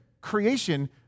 creation